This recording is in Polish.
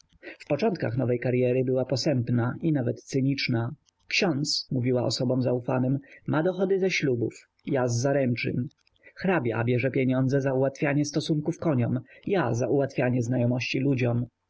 początkach nowej karyery była posępna i nawet cyniczna ksiądz mówiła osobom zaufanym ma dochody ze ślubów ja z zaręczyn hrabia bierze pieniądze za ułatwianie stosunków koniom ja za ułatwianie znajomości ludziom